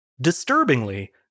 Disturbingly